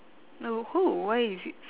oh [ho] why is it so